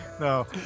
No